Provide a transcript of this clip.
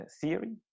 theory